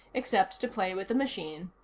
except to play with the machine.